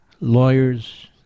lawyers